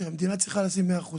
תראי, המדינה צריכה לשים 100 אחוז.